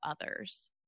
others